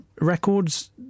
records